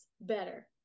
better